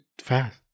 fast